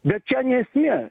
bet čia ne esmė